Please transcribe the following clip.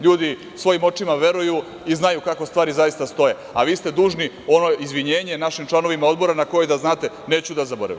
Ljudi svojim očima veruju i znaju kako stvari zaista stoje, a vi ste dužni ono izvinjenje našim članovima Odbora na koje, da znate, neću da zaboravim.